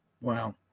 Wow